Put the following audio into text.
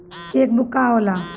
Check book का होला?